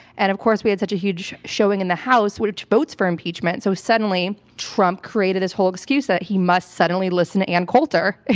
and of course, we had such a huge showing in the house, which votes for impeachment, so suddenly trump created this whole excuse that he must suddenly listen to ann coulter.